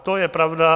To je pravda.